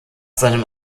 seinem